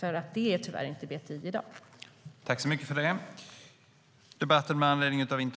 Det är BTI tyvärr inte i dag.